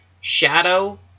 shadow